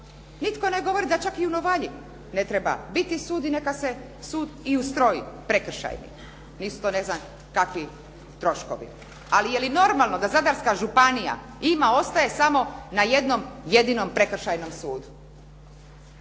nitko ne govori da čak i u Novalji ne treba biti sud i neka se sud i ustroji, prekršajni, isto ne znam kakvi troškovi. Ali je li normalno da Zadarska županija ima, ostaje samo na jednom jedinom prekršajnom sudu?